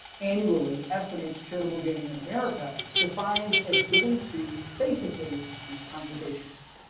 annually estimates charitable giving in america defines as giving to basically congregations.